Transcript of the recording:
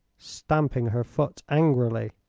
stamping her foot angrily.